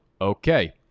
Okay